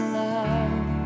love